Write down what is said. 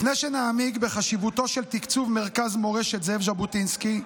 לפני שנעמיק בחשיבותו של תקצוב מרכז מורשת זאב ז'בוטינסקי,